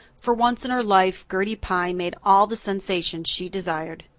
for once in her life gertie pye made all the sensation she desired.